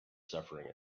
suffering